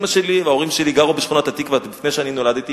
אמא שלי וההורים שלי גרו בשכונת-התקווה עוד לפני שאני נולדתי,